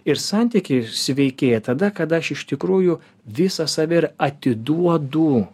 ir santykiai sveikėja tada kada aš iš tikrųjų visą save ir atiduodu